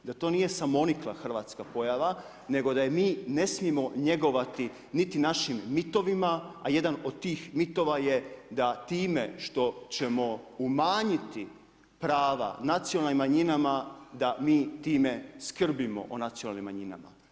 Da to nije samo nikla hrvatska pojava, nego da je mi ne smijmo njegovati niti našim mitovima, a jedan od tih mitova je da time što ćemo umanjiti prava nacionalnim manjinama, da mi time skrbimo o nacionalnim manjinama.